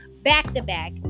back-to-back